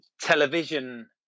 television